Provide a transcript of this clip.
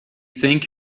think